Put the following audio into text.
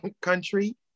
country